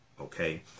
Okay